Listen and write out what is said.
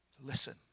listen